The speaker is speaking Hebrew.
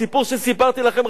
הסיפור שסיפרתי לכם,